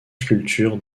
sculptures